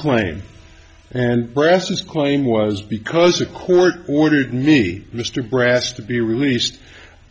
claim and presses claim was because a court ordered me mr brass to be released